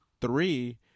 three